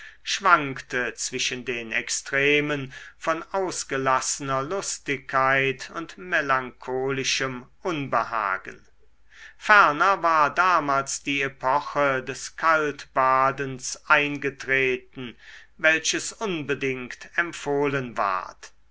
schwankte zwischen den extremen von ausgelassener lustigkeit und melancholischem unbehagen ferner war damals die epoche des kaltbadens eingetreten welches unbedingt empfohlen ward